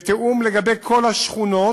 בתיאום לגבי כל השכונות,